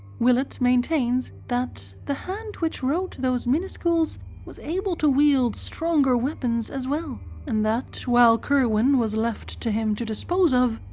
willett maintains that the hand which wrote those minuscules was able to wield stronger weapons as well and that while curwen was left to him to dispose of,